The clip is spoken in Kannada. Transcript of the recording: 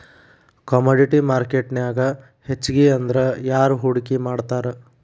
ಕಾಮೊಡಿಟಿ ಮಾರ್ಕೆಟ್ನ್ಯಾಗ್ ಹೆಚ್ಗಿಅಂದ್ರ ಯಾರ್ ಹೂಡ್ಕಿ ಮಾಡ್ತಾರ?